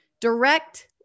direct